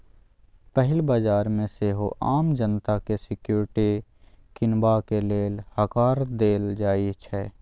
पहिल बजार मे सेहो आम जनता केँ सिक्युरिटी कीनबाक लेल हकार देल जाइ छै